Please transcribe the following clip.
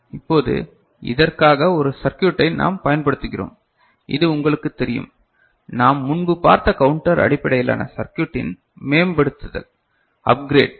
இப்போது இதற்காக ஒரு சர்க்யூட்டை நாம் பயன்படுத்துகிறோம் இது உங்களுக்குத் தெரியும் நாம் முன்பு பார்த்த கவுண்டர் அடிப்படையிலான சர்க்யூட்டின் மேம்படுத்தல் அப்கிரேட்